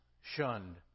shunned